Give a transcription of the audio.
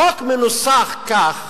החוק מנוסח כך